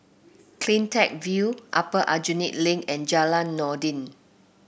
CleanTech View Upper Aljunied Link and Jalan Noordin